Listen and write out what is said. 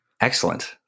Excellent